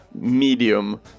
medium